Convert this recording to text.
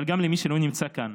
אבל גם למי שלא נמצא כאן.